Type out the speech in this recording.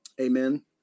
Amen